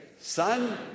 son